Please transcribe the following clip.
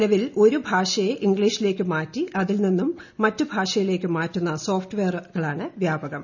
നിലവിൽ ഒരുഭാഷയെ ഇംഗ്ലീഷിലേക്ക് മാറ്റി അതിൽനിന്നും മറ്റുഭാഷയിലേക്ക് മാറ്റുന്ന സ്ഫോട് വെയറുകളാണ് വ്യാപകം